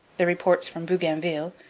the reports from bougainville,